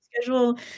schedule